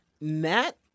Matt